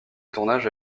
tournage